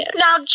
Now